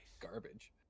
garbage